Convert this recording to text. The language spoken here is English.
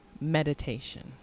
meditation